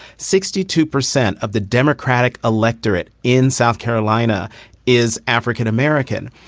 sixty two percent of the democratic electorate in south carolina is african-american.